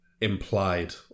implied